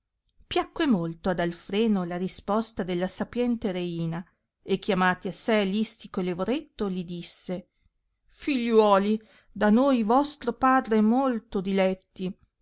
piacque molto a dalfreno la risposta della sapiente reina e chiamati a sé listico e lavoretto li disse figliuoli da noi vostro padre molto diletti